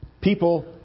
people